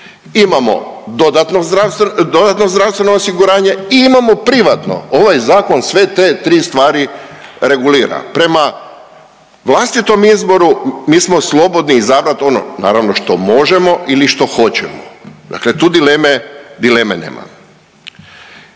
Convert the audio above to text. imamo dodatno zdravstveno osiguranje i imamo privatno. Ovaj Zakon sve te tri stvari regulira, prema vlastitom izboru mi smo slobodni izabrati ono, naravno, što možemo ili što hoćemo. Dakle tu dileme nema.